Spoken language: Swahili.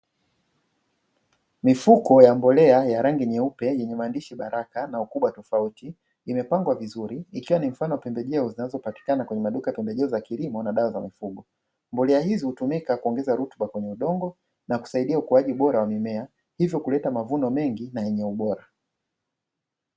Mifuko ya mbolea ya rangi nyeupe yenye maandishi ''Baraka"na ukubwa tofauti imepangwa vizuri ikiwa ni mfano wa pembejeo zinazo patikana kwenye maduka ya pembejeo za kilimo na dawa za mifugo. Mbolea hizi hutumika kuongeza rutuba kwenye udongo na kusaidia ukuaji bora wa mimea hivyo kuleta mavuno mengi na yenye ubora.